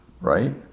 right